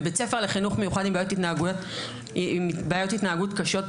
בבית ספר לחינוך מיוחד עם בעיות התנהגות קשות,